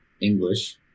English